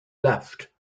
left